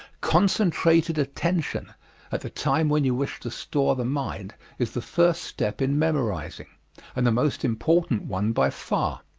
concentrated attention at the time when you wish to store the mind is the first step in memorizing and the most important one by far.